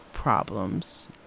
problems